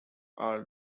are